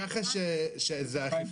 אני ממש אמרתי את זה בציניות.